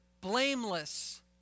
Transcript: Blameless